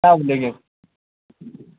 السّلام علیکم